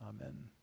Amen